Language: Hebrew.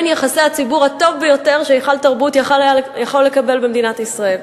יחסי הציבור הטוב ביותר שהיכל תרבות יכול לקבל במדינת ישראל.